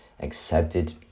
accepted